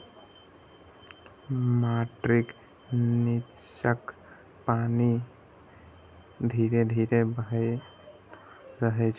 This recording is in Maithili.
माटिक निच्चाक पानि धीरे धीरे बहैत रहै छै